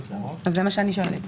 זה מה שאני שואלת.